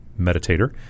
meditator